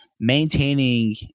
maintaining